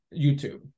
YouTube